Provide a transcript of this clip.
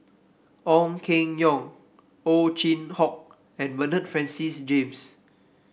Ong Keng Yong Ow Chin Hock and Bernard Francis James